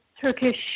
Turkish